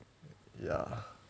ya